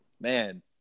man